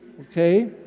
okay